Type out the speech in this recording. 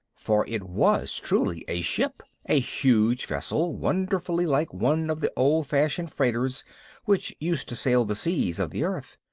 for it was truly a ship a huge vessel wonderfully like one of the old-fashioned freighters which used to sail the seas of the earth.